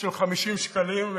של 50 שקלים.